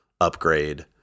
upgrade